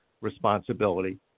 responsibility